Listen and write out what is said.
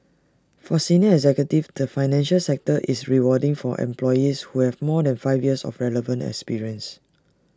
for senior executives the financial sector is rewarding for employees who have more than five years of relevant experience